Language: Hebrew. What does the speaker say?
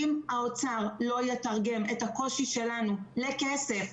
אם האוצר לא יתרגם את הקושי שלנו לכסף,